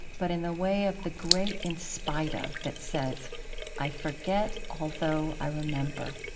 but in the way of the great in spite of that says i forget although i remember.